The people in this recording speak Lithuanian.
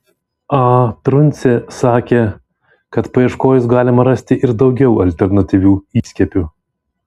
a truncė sakė kad paieškojus galima rasti ir daugiau alternatyvių įskiepių